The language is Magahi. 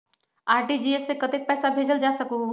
आर.टी.जी.एस से कतेक पैसा भेजल जा सकहु???